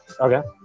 Okay